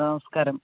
നമസ്ക്കാരം